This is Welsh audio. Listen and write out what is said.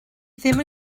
ddim